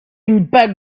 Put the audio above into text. impact